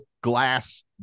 glass